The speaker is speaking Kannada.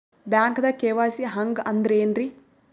ಬ್ಯಾಂಕ್ದಾಗ ಕೆ.ವೈ.ಸಿ ಹಂಗ್ ಅಂದ್ರೆ ಏನ್ರೀ?